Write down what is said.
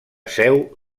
seu